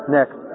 Next